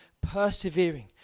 persevering